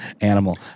animal